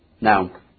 Now